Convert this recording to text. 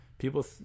People